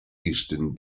eastern